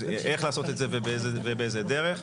איך לעשות את זה ובאיזו דרך.